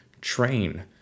train